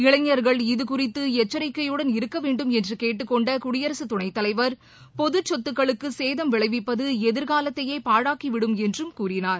இளைஞர்கள் இதுகுறித்து எச்சரிக்கையுடன் இருக்க வேண்டும் என்று கேட்டுக்கொண்ட குடியரசு துணை தலைவர் பொதுசொத்துக்களுக்கு சேதம் விளைவிப்பது எதிர்காலத்தையே பாழாக்கிவிடும் என்றும் கூறினார்